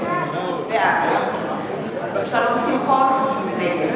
שמאלוב-ברקוביץ, בעד שלום שמחון, נגד ליה